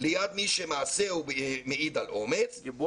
ליד מי שמעשהו מעיד על אומץ, "חזק"